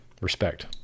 Respect